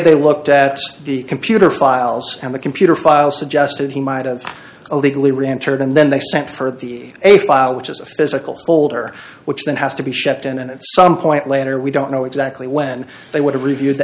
they looked at the computer files and the computer files suggested he might have illegally reentered and then they sent for the a file which is a physical folder which then has to be shipped in and at some point later we don't know exactly when they would have reviewed